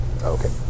Okay